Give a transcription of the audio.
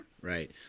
Right